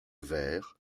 verre